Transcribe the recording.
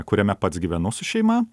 kuriame pats gyvenu su šeima